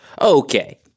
Okay